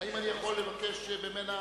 האם אני יכול לבקש ממנה